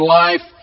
life